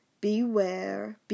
beware